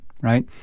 right